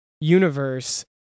universe